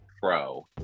Pro